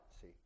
See